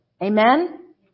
Amen